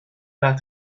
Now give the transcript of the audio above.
pas